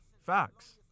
Facts